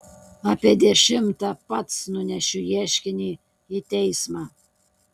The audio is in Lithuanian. apie dešimtą pats nunešiu ieškinį į teismą